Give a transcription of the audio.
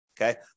Okay